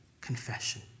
confession